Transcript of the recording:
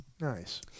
Nice